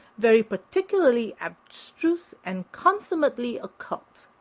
very particularly abstruse and consummately occult.